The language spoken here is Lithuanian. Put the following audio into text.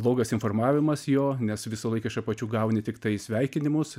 blogas informavimas jo nes visą laiką iš apačių gauni tiktai sveikinimus